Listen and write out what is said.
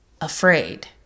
afraid